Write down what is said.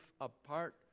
apart